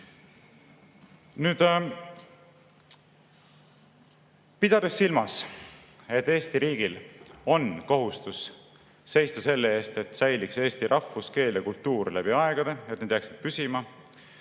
Pidades silmas, et Eesti riigil on kohustus seista selle eest, et säiliks eesti rahvus, keel ja kultuur läbi aegade, et need jääksid püsima,